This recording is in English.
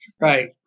right